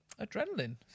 Adrenaline